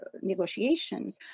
negotiations